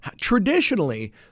traditionally